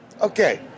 Okay